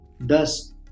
Thus